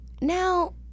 Now